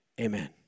Amen